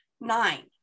Nine